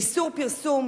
איסור פרסום